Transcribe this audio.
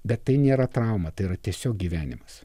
bet tai nėra trauma tai yra tiesiog gyvenimas